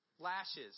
Lashes